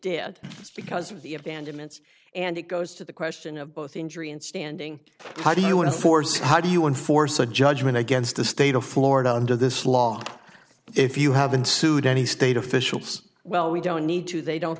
abandonment and it goes to the question of both injury and standing how do you want to force how do you enforce a judgment against the state of florida under this law if you have been sued any state officials well we don't need to they don't